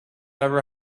never